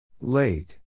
Late